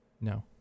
No